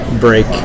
break